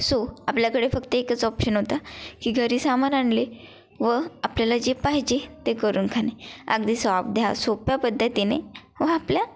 so आपल्याकडे फक्त एकच ऑप्शन होता की घरी सामान आणले व आपल्याला जे पाहिजे ते करून खाणे अगदी सॉ ध्या सोप्या पद्धतीने व आपल्या